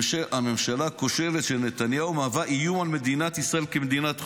הממשלה הכושלת של נתניהו מהווה איום על מדינת ישראל כמדינת חוק.